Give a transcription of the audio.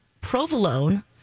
provolone